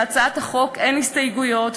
להצעת החוק אין הסתייגויות,